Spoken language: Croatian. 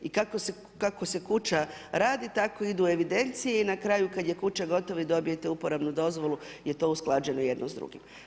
I kako se kuća radi tako idu evidencije i na kraju kad je kuća gotova vi dobijete uporabnu dozvolu jer je to usklađeno jedno s drugim.